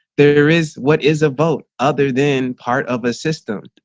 there is what is a boat other than part of a system?